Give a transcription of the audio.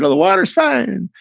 ah the water's fine.